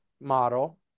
model